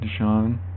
Deshaun